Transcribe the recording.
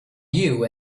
you